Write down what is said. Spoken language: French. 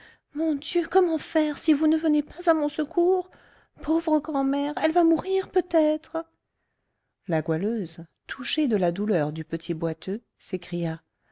mon dieu comment faire si vous ne venez pas à mon secours pauvre grand'mère elle va mourir peut-être la goualeuse touchée de la douleur du petit boiteux s'écria